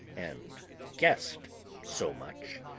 and guessed so much,